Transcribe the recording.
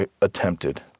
attempted